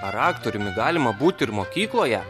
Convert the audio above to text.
ar aktoriumi galima būti ir mokykloje